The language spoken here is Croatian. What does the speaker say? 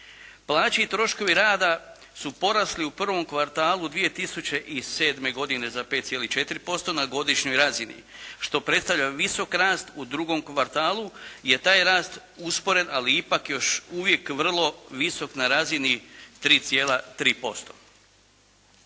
Plaće i troškovi rada su porasli u prvom kvartalu 2007. godine za 5,4% na godišnjoj razini što predstavlja visok rast u drugom kvartalu, jer taj je rast usporen ali ipak još uvijek vrlo visok na razini 3,3%.